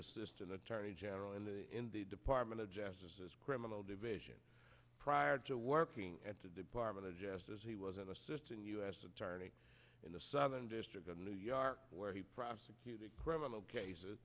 assistant attorney general and in the department of criminal division prior to working at the department of justice he was an assistant u s attorney in the southern district of new york where he prosecuted criminal cases